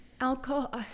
alcohol